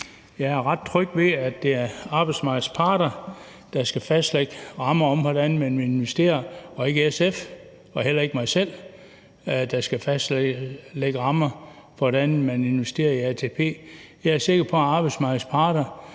Jeg er ret tryg ved, at det er arbejdsmarkedets parter, der skal fastlægge rammer for, hvordan man i ATP